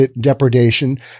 depredation